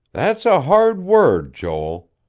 that's a hard word, joel.